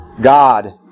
God